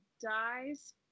Dies